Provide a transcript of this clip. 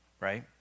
right